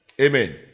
Amen